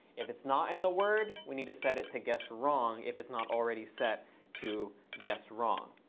if it's not in the word, we need to set it to guessed wrong if it's not already set to guessed wrong.